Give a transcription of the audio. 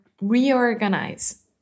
reorganize